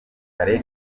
kare